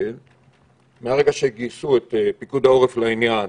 שמרגע שגייסו את פיקוד העורף לעניין